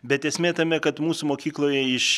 bet esmė tame kad mūsų mokykloje iš